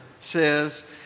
says